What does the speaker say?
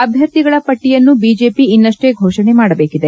ಅಭ್ಯರ್ಥಿಗಳ ಪಟ್ಟಿಯನ್ನು ಬಿಜೆಪಿ ಇನ್ನಷ್ಟೇ ಘೋಪಣೆ ಮಾಡಬೇಕಿದೆ